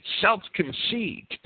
self-conceit